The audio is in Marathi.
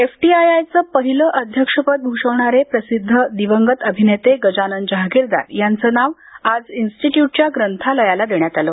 एफटीआयआयचं पहिलं अध्यक्षपद भूषवणारे प्रसिद्ध दिवंगत अभिनेते गजानन जहागीरदार यांचं नावं आज इन्स्टिट्य्रटच्या ग्रंथालयाला देण्यात आलं